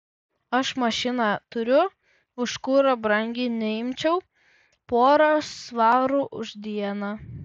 aš mašiną turiu už kurą brangiai neimčiau porą svarų už dieną